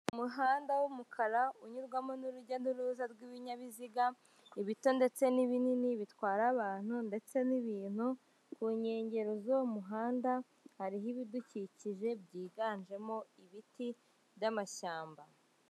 Umuhanda w'umukara unyurwamo urujya n'uruza rw'ibinyabiziga, ibito ndetse n'ibinini bitwara abantu, ndetse n'ibintu ku nkengero z'uwo hariho ibidukikije byiganjemo ibiti, by'amashyamba.